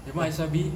we might as well be